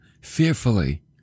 fearfully